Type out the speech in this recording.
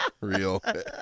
real